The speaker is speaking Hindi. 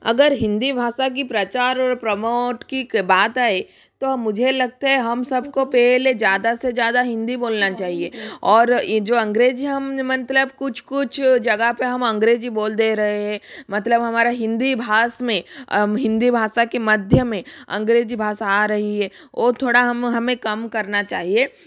अगर हिन्दी भाषा के प्रचार और प्रमोट की बात आए तो मुझे लगता है हम सब को पहले ज़्यादा से ज़्यादा हिन्दी बोलना चाहिए और ये जो अंग्रेज़ी हम ने मतलब कुछ कुछ जगह पर हम अंग्रेज़ी बोल दे रहे हैं मतलब हमारा हिन्दी भाषा में हिन्दी भाषा के मध्य में अंग्रेज़ी भाषा आ रही है वो थोड़ा हम हमें कम करना चाहिए